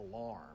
alarm